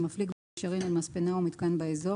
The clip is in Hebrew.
שמפליג במישרין אל מספנה או מיתקן באזור,